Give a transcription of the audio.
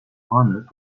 honored